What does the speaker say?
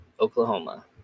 Oklahoma